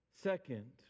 Second